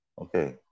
Okay